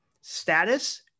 status